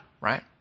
right